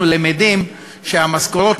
אנחנו למדים שהמשכורות,